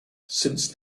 since